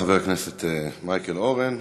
חבר הכנסת מייקל אורן,